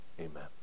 Amen